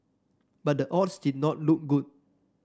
but the odds did not look good